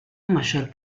mayor